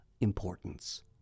importance